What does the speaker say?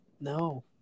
No